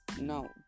no